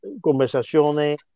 conversaciones